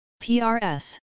PRS